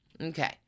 Okay